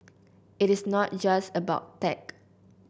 it is not just about tech